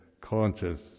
conscious